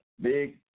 Big